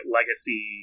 Legacy